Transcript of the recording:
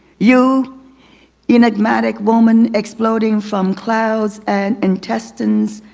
you enigmatic woman exploding some clouds and intestines,